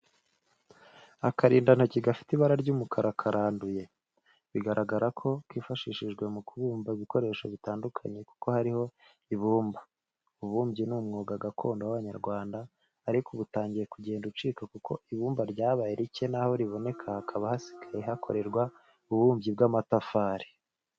Akarindantoki gafite ibara ry'umukara karanduye, bigaragara ko kifashishijwe mu kubumba ibikoresho bitandukanye kuko kariho ibumba. Ububumbyi ni umwuga gakondo w'abanyarwanda ariko ubu utangiye kugenda ucika kuko ibumba ryabaye ricye n'aho riboneka hakaba hasigaye hakorerwa ububumbyi bw'amatafari.